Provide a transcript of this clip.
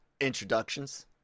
Introductions